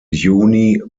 juni